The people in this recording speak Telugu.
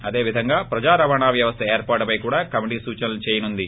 అదే విధంగా ప్రజా రవాణ వ్యవస్థ ఏర్పాటుపై కూడా కమిటీ సూచనలు చేయనుంది